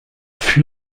fut